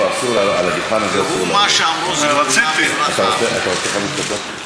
והוא מה שאמרו זיכרונם לברכה,